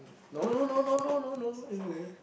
no no no no no no no